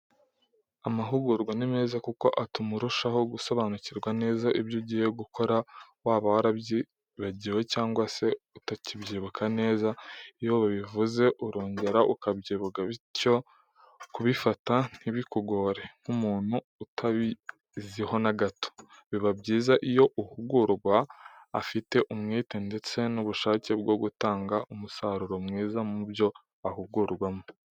Amahugurwa ni meza kuko atuma urushaho gusobanukirwa neza ibyo ugiye gukora waba warabyibagiwe cyangwa se utakibyibuka neza iyo babivuze urongera ukabyibuka bityo kubifata ntibikugore nk'umuntu utabiziho na gato. Biba byiza iyo uhugurwa afite umwete ndetse n'ubushake bwo gutanga umusaruro mwiza mu byo ahugurwamo.